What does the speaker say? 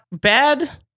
bad